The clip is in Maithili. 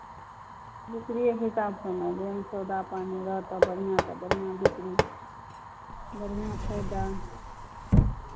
बिक्रीएके हिसाबसँ ने जेहन सौदा पानि रहत बढ़िआँ तऽ बढ़िआँ बिक्री बढ़िआँ फैदा